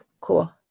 Cool